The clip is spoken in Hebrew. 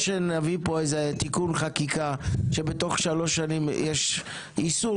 או שנביא פה איזה תיקון חקיקה שבתוך שלוש שנים יש איסור